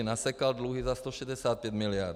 Nasekal dluhy za 165 mld.